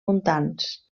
muntants